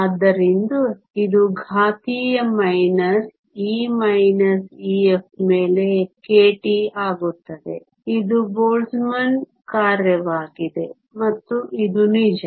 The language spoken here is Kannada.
ಆದ್ದರಿಂದ ಇದು ಘಾತೀಯ ಮೈನಸ್ E Ef ಮೇಲೆ kT ಆಗುತ್ತದೆ ಇದು ಬೋಲ್ಟ್ಜ್ಮನ್ ಕಾರ್ಯವಾಗಿದೆ ಮತ್ತು ಇದು ನಿಜ